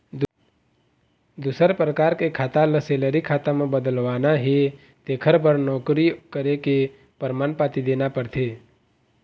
दूसर परकार के खाता ल सेलरी खाता म बदलवाना हे तेखर बर नउकरी करे के परमान पाती देना परथे